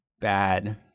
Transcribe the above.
bad